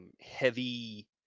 heavy